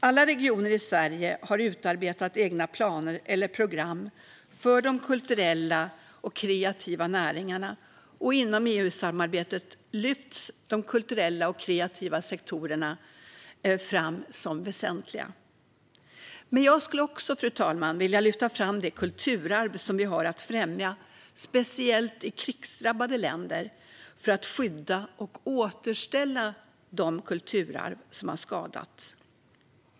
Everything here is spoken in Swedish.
Alla regioner i Sverige har utarbetat egna planer eller program för de kulturella och kreativa näringarna, och inom EU-samarbetet lyfts de kulturella och kreativa sektorerna fram som väsentliga. Men jag skulle också, fru talman, vilja lyfta fram det kulturarv som vi har att främja, speciellt i krigsdrabbade länder, för att skydda och återställa de kulturarv som har skadats.